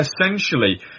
essentially